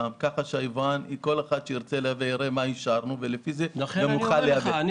כך שכל מי שירצה לייבא יראה מה אישרנו ולפי זה יוכל לייבא.